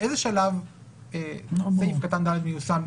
באיזה שלב סעיף קטן (ד) מיושם?